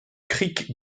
creek